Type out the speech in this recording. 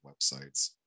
websites